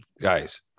guys